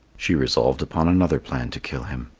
she resolved upon another plan to kill him.